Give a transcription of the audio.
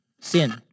Sin